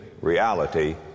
reality